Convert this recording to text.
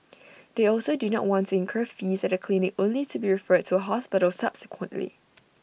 they also do not want to incur fees at A clinic only to be referred to A hospital subsequently